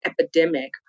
epidemic